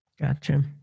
Gotcha